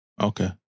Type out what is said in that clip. Okay